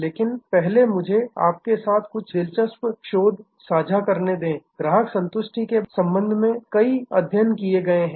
लेकिन पहले मुझे आपके साथ कुछ दिलचस्प शोध साझा करने दें ग्राहक संतुष्टिके संबंध में कई अध्ययन किए गए हैं